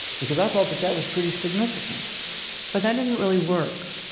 because i thought that that was pretty significant but that didn't really work.